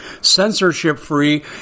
censorship-free